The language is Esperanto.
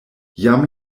jam